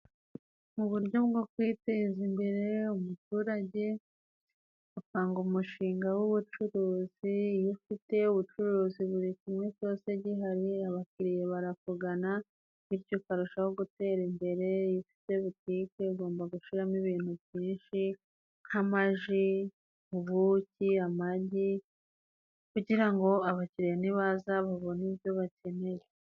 Mu buryo bwo kwiteza imbere umuturage apanga umushinga w'ubucuruzi. Iyo ufite ubucuruzi buri kimwe cyose gihari, abakiriya barakugana bityo ukarushaho gutera imbere. Iyo ufite butike ugomba gushiramo ibintu byinshi nk'amaji, ubuki ,amagi kugira ngo abakiriya nibaza babone ibyo bakeneye.